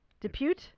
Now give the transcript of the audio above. depute